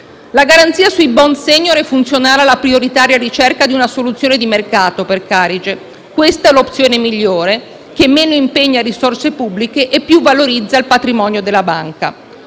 La garanzia sui *bond senior* è funzionale alla prioritaria ricerca di una soluzione di mercato per Carige. Questa è l'opzione migliore, che meno impegna risorse pubbliche e più valorizza il patrimonio della banca.